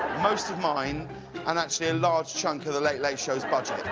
most of mine and actually a large chunk of the late late show s budget.